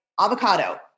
avocado